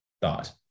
thought